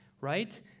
right